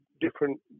different